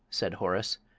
said horace,